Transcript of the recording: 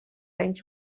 anys